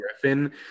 Griffin